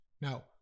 Now